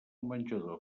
menjador